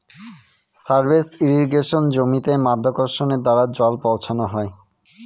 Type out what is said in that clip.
surface ইর্রিগেশনে জমিতে মাধ্যাকর্ষণের দ্বারা জল পৌঁছানো হয়